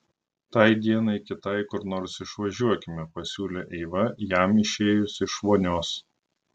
tai dienai kitai kur nors išvažiuokime pasiūlė eiva jam išėjus iš vonios